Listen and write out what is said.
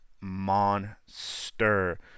monster